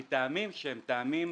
מטעמים שהם טעמים